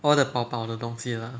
all the 饱饱的东西 lah